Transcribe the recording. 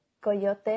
Coyote